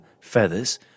feathers